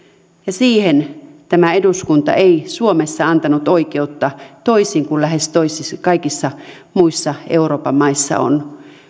siihen tämä eduskunta ei suomessa antanut oikeutta toisin kuin lähes kaikissa muissa euroopan maissa on